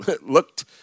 looked